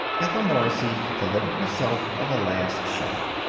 ethel morrissey delivered herself of a last shot.